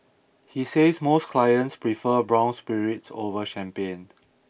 he says most clients prefer brown spirits over champagne